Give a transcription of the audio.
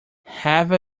have